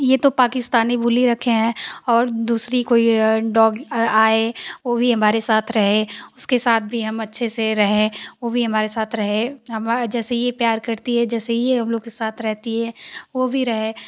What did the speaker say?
ये तो पाकिस्तानी बुली रखे हैं और दूसरी कोई आए ओ भी हमारे साथ रहे उसके साथ भी हम अच्छे से रहें उ भी हमारे साथ रहे हमा जैसे ये प्यार करती है जैसे ये हम लोग के साथ रहती है वो भी रहे